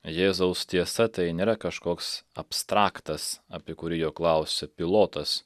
jėzaus tiesa tai nėra kažkoks abstraktas apie kurį jo klausė pilotas